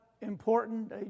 important